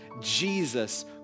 Jesus